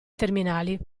terminali